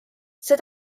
see